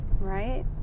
right